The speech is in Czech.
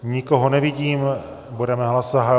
Nikoho nevidím, budeme hlasovat.